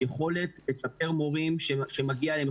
יכולת לפטר מורים שמגיע להם,